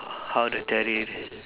how the terrorist